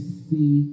see